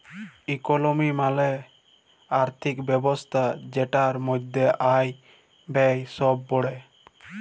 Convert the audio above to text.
ইকলমি মালে আর্থিক ব্যবস্থা জেটার মধ্যে আয়, ব্যয়ে সব প্যড়ে